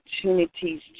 opportunities